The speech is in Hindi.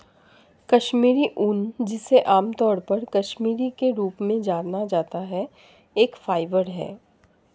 कश्मीरी ऊन, जिसे आमतौर पर कश्मीरी के रूप में जाना जाता है, एक फाइबर है